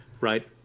Right